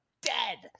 dead